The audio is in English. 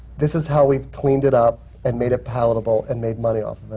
this is how we've cleaned it up and made it palatable and made money off